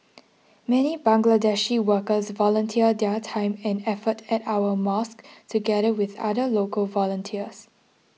many Bangladeshi workers volunteer their time and effort at our mosques together with other local volunteers